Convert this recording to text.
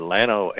Lano